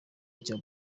icya